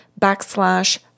backslash